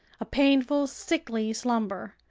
a painful, sickly slumber.